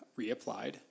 reapplied